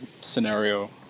scenario